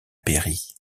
pairie